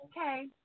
okay